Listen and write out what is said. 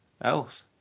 else